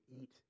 eat